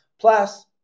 Plus